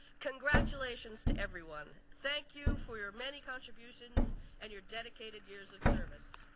congratulations to everyone. thank you for your many contributions and your dedicated years of service.